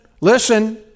listen